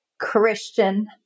Christian